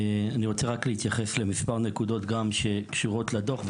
אני רוצה להתייחס למספר נקודות שקשורות לדוח,